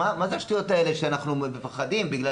מה זה השטויות האלה שאנחנו מפחדים שבגלל